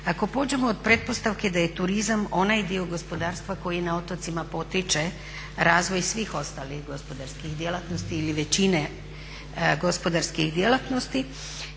Ako pođemo od pretpostavke da je turizam onaj dio gospodarstva koji na otocima potiče razvoj svih ostalih gospodarskih djelatnosti ili većine gospodarskih djelatnosti